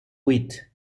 wheat